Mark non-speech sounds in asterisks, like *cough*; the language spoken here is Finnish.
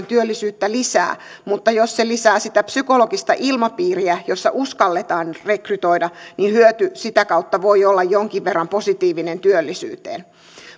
*unintelligible* työllisyyttä lisää mutta jos se lisää sitä psykologista ilmapiiriä jossa uskalletaan rekrytoida niin hyöty sitä kautta voi olla jonkin verran positiivinen työllisyyteen